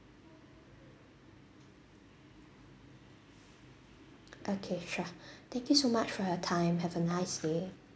okay sure thank you so much for your time have a nice day